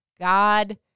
God